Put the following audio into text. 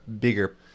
bigger